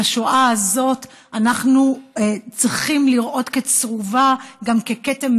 את השואה הזאת אנחנו צריכים לראות כצרובה ככתם